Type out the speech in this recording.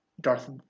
Darth